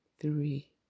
Three